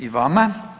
I vama.